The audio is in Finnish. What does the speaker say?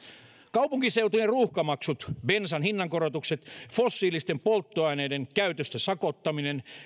kaupunkiseutujen ruuhkamaksut bensan hinnankorotukset fossiilisten polttoaineiden käytöstä sakottaminen